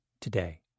today